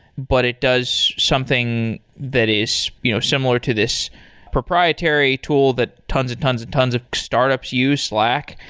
but it does something that is you know similar to this proprietary tool that tons and tons and tons of startups use, slack.